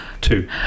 two